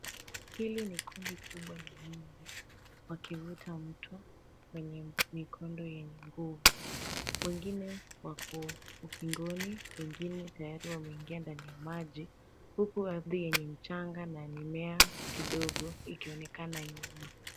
Hili ni kundi kubwa la nyungu wakivuka mto kwenye mikondo yenye nguvu. Wengine wako ukingoni, wengine tayari wameingia ndani ya maji huku ardhi yenye mchanga na mimea kidogo ikionekana nyuma.